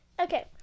Okay